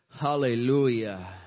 Hallelujah